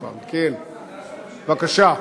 כן, בבקשה.